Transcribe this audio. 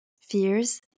fears